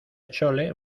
chole